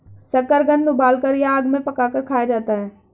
शकरकंद उबालकर या आग में पकाकर खाया जाता है